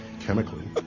chemically